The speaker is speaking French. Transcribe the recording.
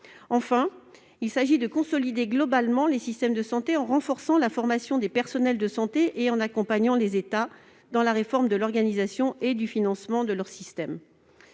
Enfin, il a pour objet de consolider globalement les systèmes de santé en renforçant la formation des personnels de santé et en accompagnant les États dans la réforme de l'organisation et du financement de leurs systèmes.